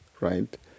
right